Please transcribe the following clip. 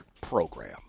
Program